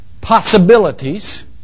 possibilities